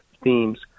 themes